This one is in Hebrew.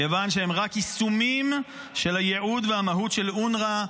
כיוון שהם רק יישומים של הייעוד והמהות של אונר"א,